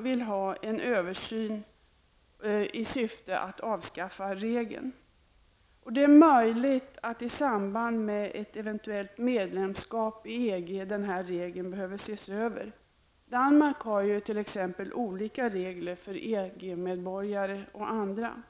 vill att en översyn görs i syfte att avskaffa regeln. Det är möjligt att i samband med ett eventuellt medlemskap i EG den här regeln behöver ses över. Danmark har t.ex. olika regler för EG-medborgare och andra.